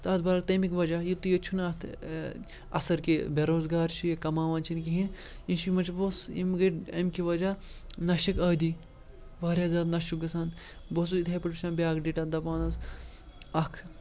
تَتھ برع تَمِک وجہ یُتُے یوت چھُنہٕ اَتھ اَثر کہِ بے روزگار چھِ یہِ کَماوان چھِنہٕ کِہیٖنۍ یِم چھِ یِمَن چھِ بہٕ اوسُس یِم گٔے اَمکہِ وجہ نَشِک عٲدی واریاہ زیادٕ نَشہِ چھُکھ گژھان بہٕ اوسُس اِتھَے پٲٹھۍ وٕچھان بیٛاکھ ڈیٹا دَپان اوس اَکھ